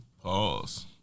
Pause